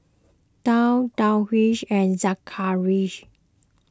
Daud Darwish and Zakarias